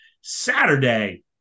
Saturday